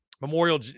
Memorial